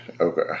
Okay